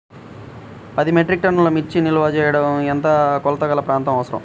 పది మెట్రిక్ టన్నుల మిర్చి నిల్వ చేయుటకు ఎంత కోలతగల ప్రాంతం అవసరం?